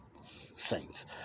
saints